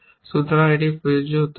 সুতরাং এটা প্রযোজ্য হতে হবে